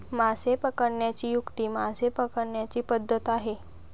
मासे पकडण्याची युक्ती मासे पकडण्याची पद्धत आहे